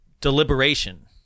deliberation